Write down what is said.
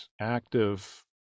active